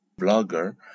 blogger